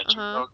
(uh huh)